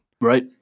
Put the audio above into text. Right